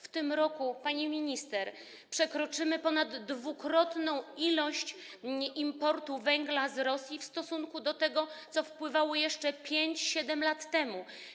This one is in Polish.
W tym roku, pani minister, przekroczymy ponaddwukrotnie ilość importowanego węgla z Rosji w stosunku do tego, co wpływało jeszcze 5, 7 lat temu.